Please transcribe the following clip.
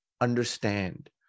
understand